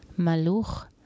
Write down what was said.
Maluch